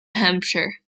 hampshire